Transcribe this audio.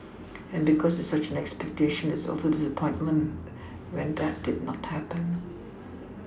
and because there is such an expectation there is also disappointment when that did not happen